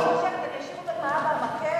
האמא חושבת: אני אשאיר אותו עם האבא המכה?